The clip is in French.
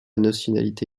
nationalité